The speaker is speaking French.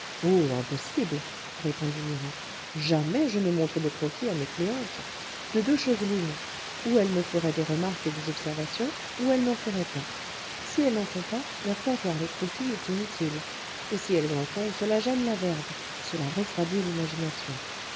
impossible répondit mira jamais je ne montre de croquis à mes clientes de deux choses l'une ou elles me feraient des remarques et des observations ou elles n'en feraient pas si elles n'en font pas leur faire voir les croquis est inutile et si elles en font cela gêne la verve cela refroidit l'imagination